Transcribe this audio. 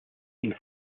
ihn